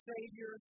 Savior